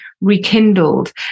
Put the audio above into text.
rekindled